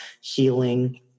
healing